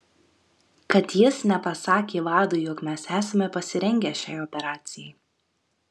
kad jis nepasakė vadui jog mes esame pasirengę šiai operacijai